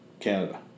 Canada